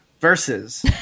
versus